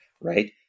right